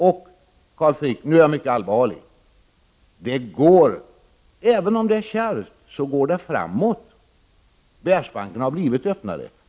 Och, Carl Frick, nu är jag mycket allvarlig: det går framåt, även om det är kärvt. Världsbanken har blivit öppnare.